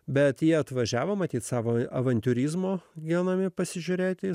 bet jie atvažiavo matyt savo avantiūrizmo genami pasižiūrėti